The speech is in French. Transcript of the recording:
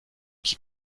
qui